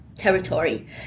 territory